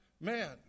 man